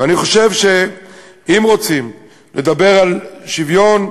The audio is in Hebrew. אני חושב שאם רוצים לדבר על שוויון,